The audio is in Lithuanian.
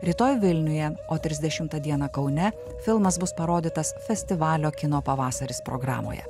rytoj vilniuje o trisdešimtą dieną kaune filmas bus parodytas festivalio kino pavasaris programoje